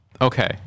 Okay